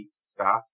staff